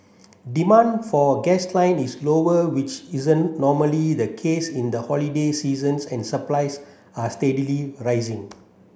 demand for gasoline is lower which isn't normally the case in the holiday seasons and supplies are steadily rising